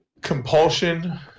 compulsion